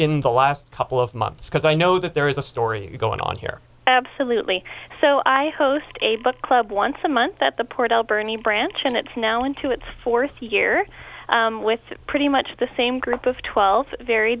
in the last couple of months because i know that there is a story going on here absolutely so i host a book club once a month that the port alberni branch and it's now into its fourth year with pretty much the same group of twelve very